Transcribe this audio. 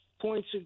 points